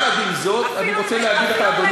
אפילו אם,